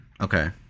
Okay